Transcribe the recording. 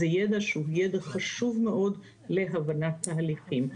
זה יידע חשוב מאוד להבנת תהליכים.